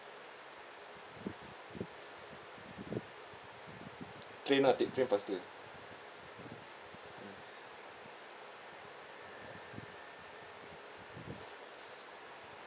train lah take train faster